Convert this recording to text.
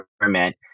government